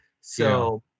So-